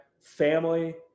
Family